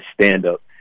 stand-up